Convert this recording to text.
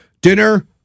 Dinner